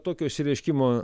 tokio išsireiškimo